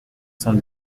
cent